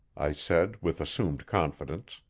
i said with assumed confidence.